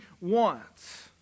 wants